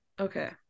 Okay